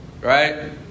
right